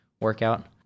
workout